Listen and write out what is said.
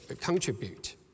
contribute